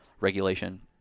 regulation